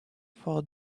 for